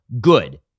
Good